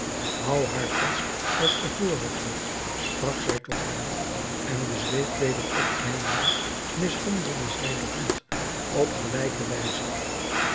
houd haar vast als de vorige sprak zij tot hem en de zweep weder opnemende mishandelde zij de hond op gelijke wijze